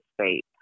state